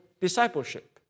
discipleship